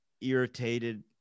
irritated